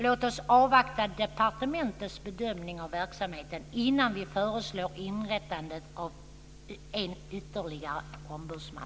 Låt oss avvakta departementets bedömning av verksamheten innan vi föreslår inrättandet av ytterligare en ombudsman.